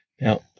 Now